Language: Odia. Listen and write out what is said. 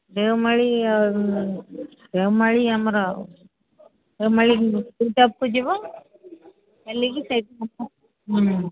ଦେଓମାଳୀ ଆଉ ଦେଓମାଳୀ ଆମର ଦେଓମାଳୀ ଯିବ ଚାଲିକି ହୁଁ